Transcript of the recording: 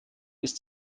ist